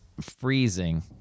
freezing